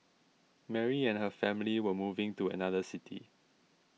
Mary and her family were moving to another city